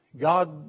God